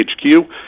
HQ